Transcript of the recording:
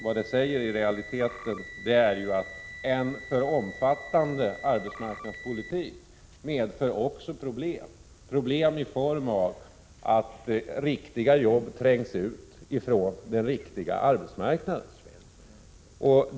Vad som i realiteten sägs är att en alltför omfattande arbetsmarknadspolitik även medför problem — problem som innebär att riktiga jobb trängs ut från den riktiga arbetsmarknaden.